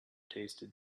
tasted